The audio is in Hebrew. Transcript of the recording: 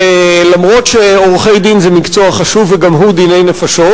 ולמרות שעורכי-דין זה מקצוע חשוב וגם הוא דיני נפשות,